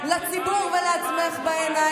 יש בית שנשארת בו?